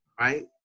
right